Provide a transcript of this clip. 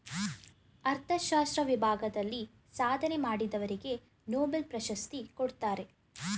ಅರ್ಥಶಾಸ್ತ್ರ ವಿಭಾಗದಲ್ಲಿ ಸಾಧನೆ ಮಾಡಿದವರಿಗೆ ನೊಬೆಲ್ ಪ್ರಶಸ್ತಿ ಕೊಡ್ತಾರೆ